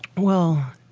well,